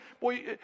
Boy